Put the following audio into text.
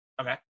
Okay